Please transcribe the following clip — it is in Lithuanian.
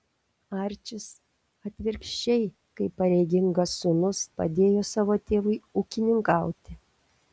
arčis atvirkščiai kaip pareigingas sūnus padėjo savo tėvui ūkininkauti